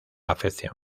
afección